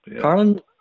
Carlin